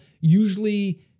usually